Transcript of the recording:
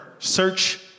Search